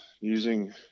using